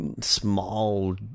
small